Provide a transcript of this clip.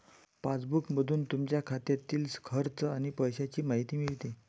पासबुकमधून तुमच्या खात्यातील खर्च आणि पैशांची माहिती मिळते